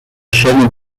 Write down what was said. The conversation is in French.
chaîne